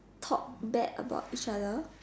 talk bad about each other